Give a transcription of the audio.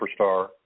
superstar